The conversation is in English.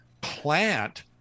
plant